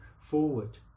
forward